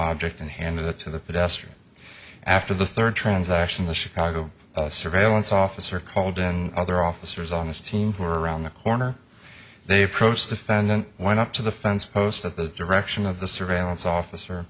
object and handed it to the pedestrian after the third transaction the chicago surveillance officer called in other officers on his team were around the corner they approached defendant went up to the fence post at the direction of the surveillance officer